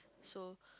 so